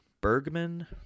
Bergman